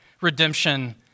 redemption